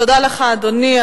תודה לך, אדוני.